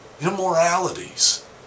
immoralities